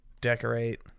decorate